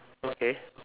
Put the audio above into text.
okay